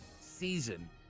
season